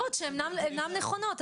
באמירות שאינן נכונות.